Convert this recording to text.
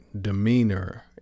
demeanor